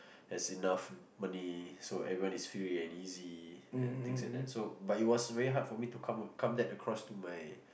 has enough money so everyone is free and easy and things like that so but it was very hard for me to come come that across to my